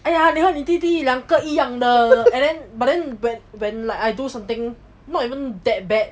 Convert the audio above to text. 哎呀你看你弟弟两个一样的 and then but then when when like I do something not even that bad